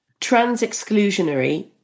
Trans-exclusionary